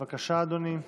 בבקשה, אדוני,